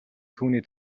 түүний